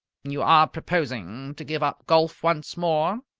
you are proposing to give up golf once more?